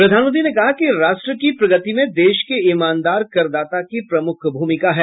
प्रधानमंत्री ने कहा कि राष्ट्र की प्रगति में देश के ईमानदार करदाता की प्रमुख भूमिका है